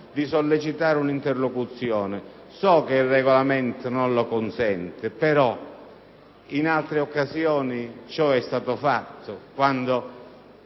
di sollecitare un'interlocuzione: so che il Regolamento non lo consente, però in altre occasioni ciò comunque